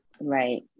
Right